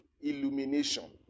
illumination